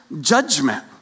judgment